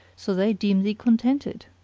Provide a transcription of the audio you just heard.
so they deem thee contented.